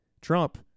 Trump